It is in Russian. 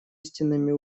истинными